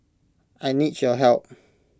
I need your help